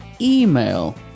email